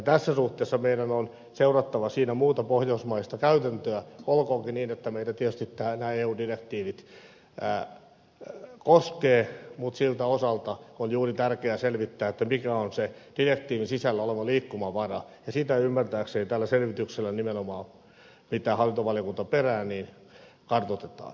tässä suhteessa meidän on seurattava siinä muuta pohjoismaista käytäntöä olkoonkin niin että meitä tietysti nämä eu direktiivit koskevat mutta siltä osalta on juuri tärkeää selvittää mikä on se direktiivin sisällä oleva liikkumavara ja sitä ymmärtääkseni tällä selvityksellä nimenomaan mitä hallintovaliokunta perää kartoitetaan